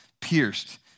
pierced